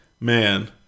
Man